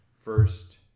first